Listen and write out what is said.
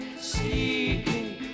seeking